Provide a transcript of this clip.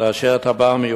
לאשר תב"ר,